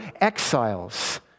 exiles